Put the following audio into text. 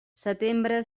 setembre